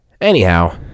Anyhow